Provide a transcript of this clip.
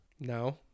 No